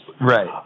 Right